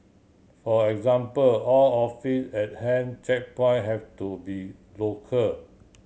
for example all officer at hand checkpoint have to be lock